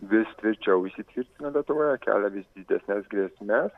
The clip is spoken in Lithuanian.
vis tvirčiau įsitvirtina lietuvoje kelia vis didesnes grėsmes